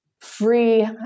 Free